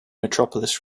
metropolis